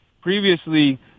previously